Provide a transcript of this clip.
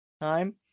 time